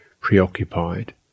Preoccupied